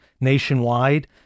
nationwide